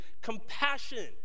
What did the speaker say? compassion